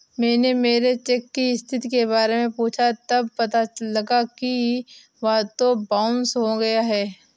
मैंने मेरे चेक की स्थिति के बारे में पूछा तब पता लगा कि वह तो बाउंस हो गया है